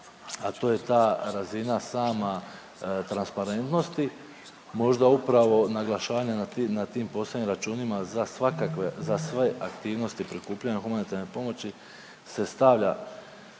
a to je ta razina sama transparentnosti možda upravo naglašavanje na tim, na tim poslovnim računima za svakakve, za sve aktivnosti prikupljanja humanitarne pomoći se stavlja